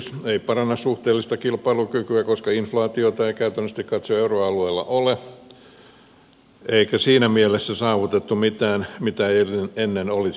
se ei paranna suhteellista kilpailukykyä koska inflaatiota ei käytännöllisesti katsoen euroalueella ole eikä siinä mielessä ole saavutettu mitään mitä ei ennen olisi